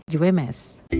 UMS